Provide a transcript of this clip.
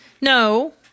No